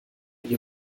ihr